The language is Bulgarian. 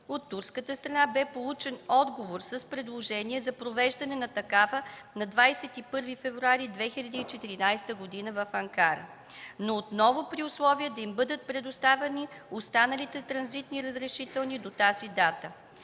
От турската страна бе получен отговор с предложение за провеждане на такава на 21 февруари 2014 г. в Анкара, но отново при условие да им бъдат предоставени останалите транзитни разрешителни до тази дата.